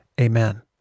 Amen